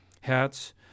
hats